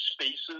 Spaces